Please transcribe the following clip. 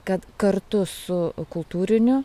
kad kartu su kultūriniu